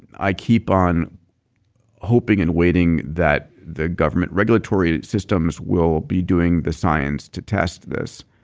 i keep on hoping and waiting that the government regulatory systems will be doing the science to test this.